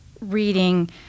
reading